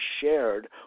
shared